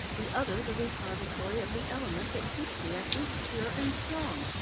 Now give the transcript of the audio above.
the other the repository of the element that keeps the essence pure and strong.